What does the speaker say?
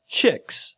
chicks